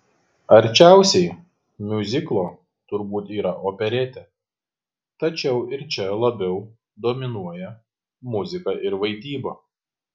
arčiausiai miuziklo turbūt yra operetė tačiau ir čia labiau dominuoja muzika ir vaidyba